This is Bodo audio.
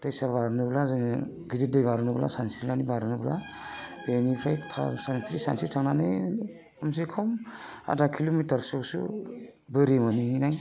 दैसा बारनोब्ला जोङो गिदिर दै बारनोब्ला सानस्रिनानै बारनोब्ला बेनिफ्राय सानस्रि सानस्रि थांनानै खम से खम आधा किल'मिथारसोआवसो बोरि मोनहैनाय